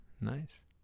Nice